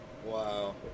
Wow